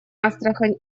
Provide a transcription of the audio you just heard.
астрахань